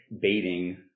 baiting